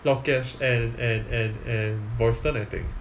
lokesh and and and and royston I think